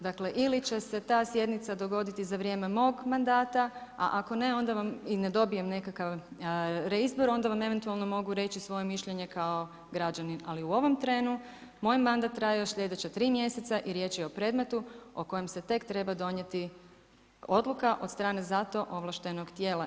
Dakle, ili će se ta sjednica dogoditi za vrijeme mog mandata, a ako ne, onda vam i ne dobijem nekakav reizbor, onda vam eventualno mogu reći, svoje mišljenje kao građanin, ali u ovom trenu, moj mandat traje još 3 mjeseca i riječ je o predmetu o kojem se tek treba donijeti odluka od strane za to ovlaštenog tijela.